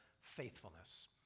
faithfulness